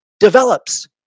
develops